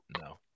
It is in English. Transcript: no